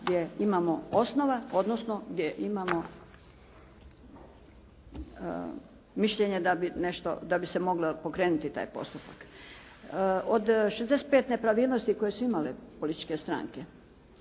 gdje imamo osnova, odnosno gdje imamo mišljenje da bi se mogao pokrenuti taj postupak. Od 65 nepravilnosti koje su imale političke stranke,